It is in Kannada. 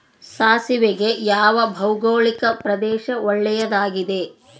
ಸಾಸಿವೆಗೆ ಯಾವ ಭೌಗೋಳಿಕ ಪ್ರದೇಶ ಒಳ್ಳೆಯದಾಗಿದೆ?